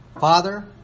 Father